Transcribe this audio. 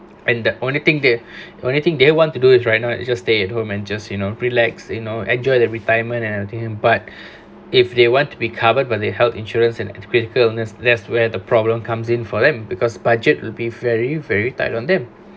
and the only thing they only thing they want to do is right now is just stay at home and just you know relax you know enjoy their retirement and everything but if they want to be covered by the health insurance and critical illness that's where the problem comes in for them because budget will be very very tight on them